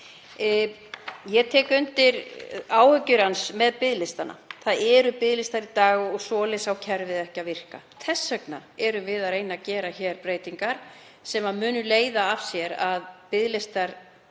Ég tek undir áhyggjur hans með biðlistana. Það eru biðlistar í dag og svoleiðis á kerfið ekki að virka. Þess vegna erum við að reyna að gera hér breytingar sem munu vonandi leiða af sér að biðlistar